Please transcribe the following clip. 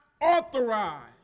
authorized